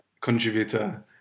contributor